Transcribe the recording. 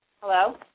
Hello